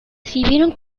sirvieron